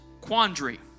quandary